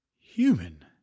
human